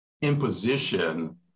imposition